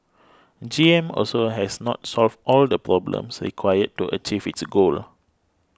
G M also has not solved all the problems required to achieve its goal